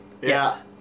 Yes